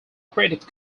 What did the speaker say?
creative